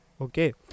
okay